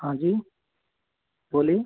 हाँ जी बोलिए